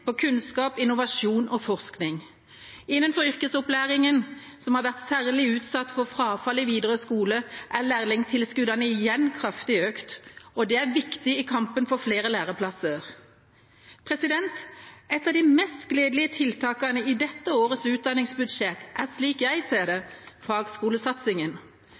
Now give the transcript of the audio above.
på kunnskap, innovasjon og forskning. Innenfor yrkesopplæringen, som har vært særlig utsatt for frafall i videregående skole, er lærlingtilskuddene igjen kraftig økt, og det er viktig i kampen for flere læreplasser. Et av de mest gledelige tiltakene i dette årets utdanningsbudsjett er, slik jeg ser det, fagskolesatsingen.